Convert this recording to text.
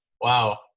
wow